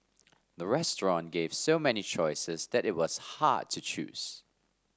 the restaurant gave so many choices that it was hard to choose